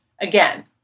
again